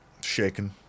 shaking